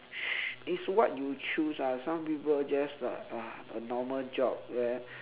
it's what you choose ah some people just like uh a normal job there